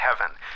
heaven